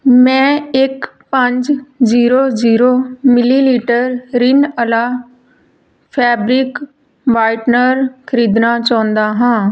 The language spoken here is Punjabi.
ਮੈਂ ਇੱਕ ਪੰਜ zero zero millilitre Rin Ala fabric whitener ਖ਼ਰੀਦਣਾ ਚਾਹੁੰਦਾ ਹਾਂ